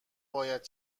باید